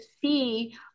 see